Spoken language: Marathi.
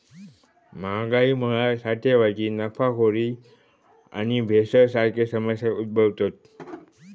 महागाईमुळा साठेबाजी, नफाखोरी आणि भेसळ यांसारखे समस्या उद्भवु शकतत